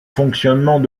fonctionnement